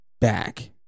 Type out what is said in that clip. back